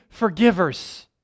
forgivers